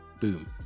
Boom